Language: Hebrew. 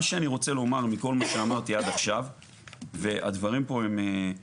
מה שאני רוצה לומר מכל מה שאמרתי עכשיו והדברים פה מפורטים.